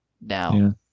Now